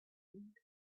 wind